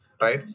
right